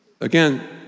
again